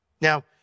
Now